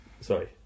Sorry